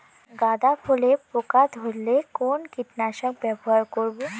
গাদা ফুলে পোকা ধরলে কোন কীটনাশক ব্যবহার করব?